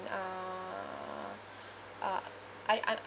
uh uh I I